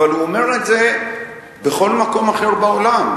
אבל הוא אומר את זה בכל מקום אחר בעולם,